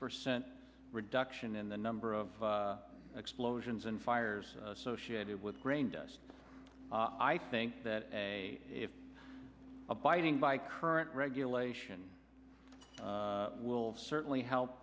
percent reduction in the number of explosions and fires associated with grain does i think that if abiding by current regulations will certainly help